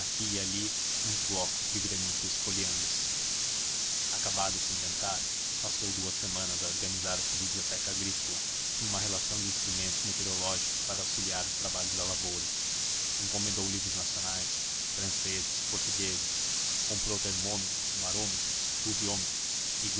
e ali uns blocos de granito esfoliando se acabado esse inventário passou duas semanas a organizar a sua biblioteca agrícola e uma relação de instrumentos meteorológicos para auxiliar os trabalhos da lavoura encomendou livros nacionais franceses portugueses comprou termômetros